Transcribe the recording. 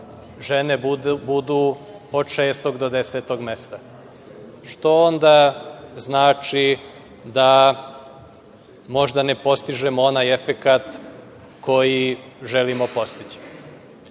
žene budu od šestog do desetog mesta, što onda znači da možda ne postižemo onaj efekat koji želimo postići. Biće